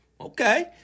Okay